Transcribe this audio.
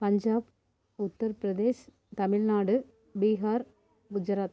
Punjab Uttar Pradesh Tamil Nadu Bihar Gujarat